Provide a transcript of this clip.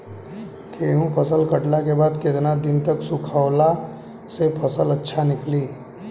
गेंहू फसल कटला के बाद केतना दिन तक सुखावला से फसल अच्छा निकली?